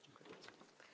Dziękuję bardzo.